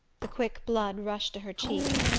the quick blood rushed to her cheeks.